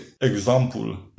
example